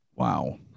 Wow